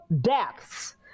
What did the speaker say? deaths